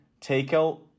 takeout